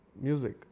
music